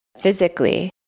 physically